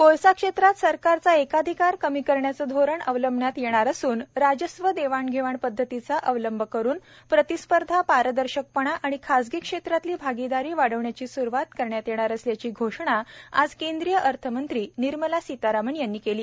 कोळसा क्षेत्रात सरकारचा एकाधिकार कमी करण्याचे धोरण अवलंबले असून राजस्व देवाण घेवाण पद्धतींचा अवलंब करून प्रतिस्पर्धा पारदर्शकपणा आणि खाजगी क्षेत्रातली भागीदारी वाढविण्याची स्रवात करण्यात येणार असल्याची घोषणा आज केंद्रीय अर्थमंत्री निर्मला सीतरमण यांनी केली